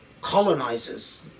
colonizes